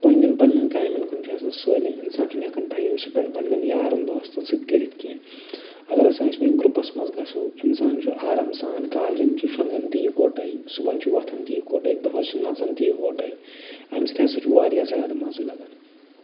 پَنٕنٮ۪ن پَنٕنٮ۪ن کامٮ۪ن کُن چھُ آسان سٲلِم اِنسان چھُنہٕ ہٮ۪کان ٹایم سِپٮ۪نڈ پَنٕننٮن یارَن دوستَن سۭتۍ کٔرِتھ کٔینہہ اَگر ہسا أسۍ وَنۍ گروٚپَس منٛز گژھو اِنسان چھُ آرام سان کالچٮ۪ن چھُ شۄنگان تہِ اَکہٕ وَٹَے صبحَن چھُ وۄتھان تہِ اَکہٕ وَٹے دۄہَس چھُ نَژَن تہِ اَکہٕ وَٹَے اَمہِ سۭتۍ ہسا چھُ واریاہ زیادٕ مَزٕ لَگان